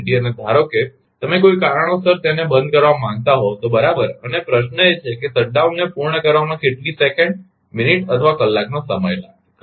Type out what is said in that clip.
અને ધારો કે તમે કોઈ કારણસર તેને બંધ કરવા માંગતા હોવ તો બરાબર અને પ્રશ્ન એ છે કે શટ ડાઉનને પૂર્ણ કરવામાં કેટલી સેકંડ મિનિટ અથવા કલાકનો સમય લાગશે ખરુ ને